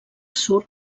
surt